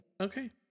Okay